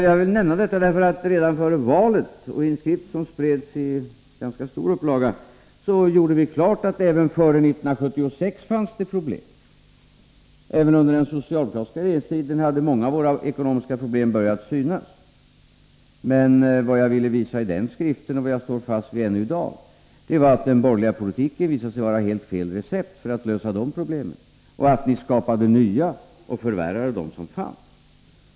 Jag vill nämna detta därför att vi redan före valet i en skrift som spreds i ganska stor upplaga gjorde klart att det redan före 1976 fanns problem. Även under den socialdemokratiska regeringstiden hade många av våra ekonomiska problem börjat synas. Men vad jag ville visa i den skriften — och det står jag fast vid än i dag — var att den borgerliga politiken var ett helt felaktigt recept att lösa problemen, att ni skapade nya problem och förvärrade dem som fanns.